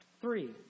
Three